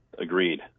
Agreed